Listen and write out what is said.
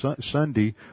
Sunday